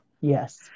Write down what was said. yes